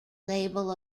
label